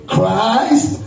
Christ